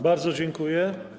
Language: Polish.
Bardzo dziękuję.